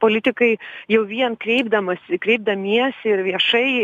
politikai jau vien kreipdamasi kreipdamiesi ir viešai